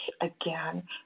again